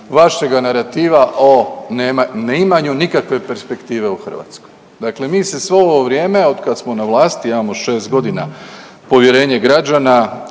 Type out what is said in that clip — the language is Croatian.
vašega narativa o neimanju nikakve perspektive u Hrvatskoj. Dakle, mi se svo ovo vrijeme od kad smo na vlasti, a imamo šest godina povjerenje građana